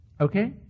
okay